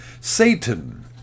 Satan